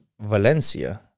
Valencia